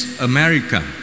America